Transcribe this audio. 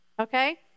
Okay